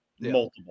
multiple